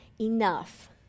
enough